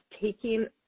taking